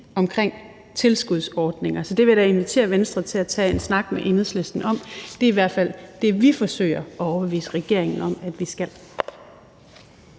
omkring tilskudsordninger. Så det vil jeg da invitere Venstre til at tage en snak med Enhedslisten om. Det er i hvert fald det, vi forsøger at overbevise regeringen om at vi skal.